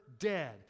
dead